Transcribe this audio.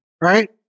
right